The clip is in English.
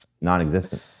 non-existent